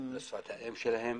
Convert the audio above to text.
בשפת האם שלהם,